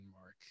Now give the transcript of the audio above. mark